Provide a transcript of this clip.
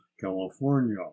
California